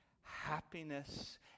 happiness